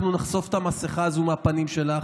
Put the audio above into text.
אנחנו נחשוף את המסכה הזו על הפנים שלך.